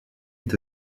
est